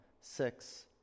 six